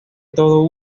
todo